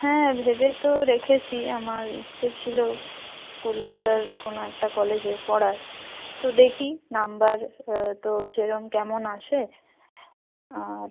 হ্যাঁ ভেবে তো রেখেছি আমার ইচ্ছে ছিলো কলকাতার কোনো একটা কলেজে পড়ার তো দেখি নাম্বার তো সেরম কেমন আসে আর